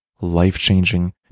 life-changing